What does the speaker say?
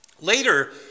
Later